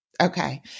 Okay